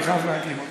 אני חייב להגיד.